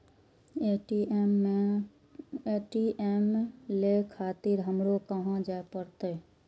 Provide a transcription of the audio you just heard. ATM ले खातिर हमरो कहाँ जाए परतें?